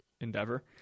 endeavor